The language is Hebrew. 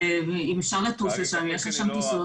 אם אפשר לטוס לשם, אם יש לשם טיסות.